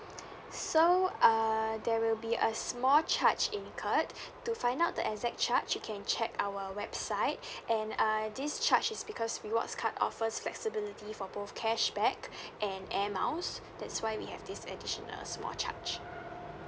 so uh there will be a small charge incurred to find out the exact charge you can check our website and uh this charge is because rewards card offers flexibility for both cashback and airmiles that's why we have this additional small charge